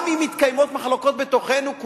גם אם מתקיימות מחלוקות בתוכנו,